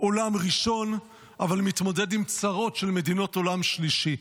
עולם ראשון אבל שמתמודד עם צרות של מדינות עולם שלישי.